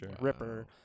Ripper